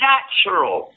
Natural